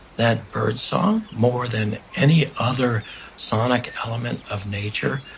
that birdsong, more than any other sonic element of nature,